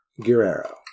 Guerrero